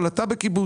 אבל אתה בקיבוץ.